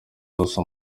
zose